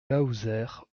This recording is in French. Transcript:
laouzert